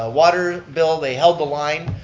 ah water bill, they held the line,